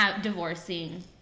divorcing